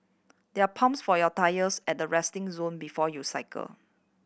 there are pumps for your tyres at the resting zone before you cycle